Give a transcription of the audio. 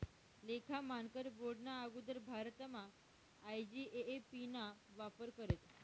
लेखा मानकर बोर्डना आगुदर भारतमा आय.जी.ए.ए.पी ना वापर करेत